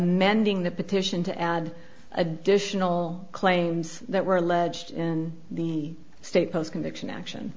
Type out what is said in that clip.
amending the petition to add additional claims that were alleged in the state post conviction action